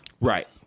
right